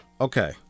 okay